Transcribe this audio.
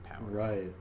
Right